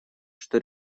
что